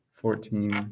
fourteen